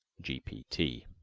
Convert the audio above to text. g. p. t.